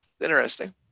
interesting